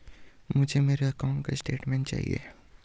मुझे मेरे अकाउंट का स्टेटमेंट चाहिए?